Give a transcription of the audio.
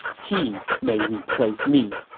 he may replace me.